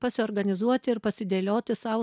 pasiorganizuoti ir pasidėlioti sau